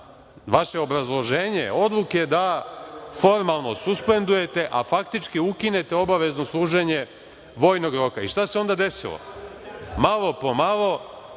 vaše obrazloženje odluke da formalno suspendujete, a faktički ukinete obavezno služenje vojnog roka. Šta se onda desilo? Malo po malo